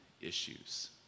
issues